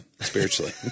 spiritually